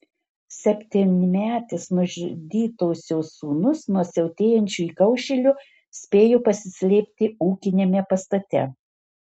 septynmetis nužudytosios sūnus nuo siautėjančio įkaušėlio spėjo pasislėpti ūkiniame pastate